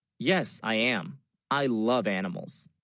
yes i am i love animals